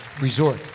Resort